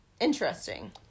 interesting